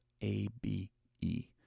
A-B-E